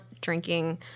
drinking